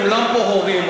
כולם פה הורים,